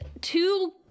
two